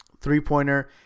three-pointer